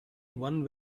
one